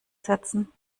setzen